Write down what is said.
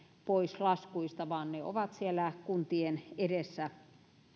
pois laskuista vaan ne ovat siellä kuntien edessä